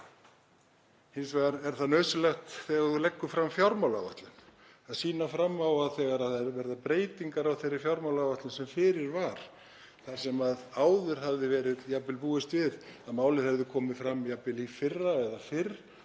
Hins vegar er nauðsynlegt þegar þú leggur fram fjármálaáætlun að sýna fram á að þegar breytingar verða á þeirri fjármálaáætlun sem fyrir var, þar sem áður hafði verið búist við að málið hefði komið fram jafnvel í fyrra eða fyrr